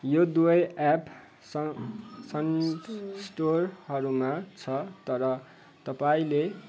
यो दुवै एप स सन् स्टोरहरूमा छ तर तपाईँँले